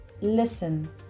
Listen